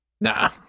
Nah